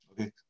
Okay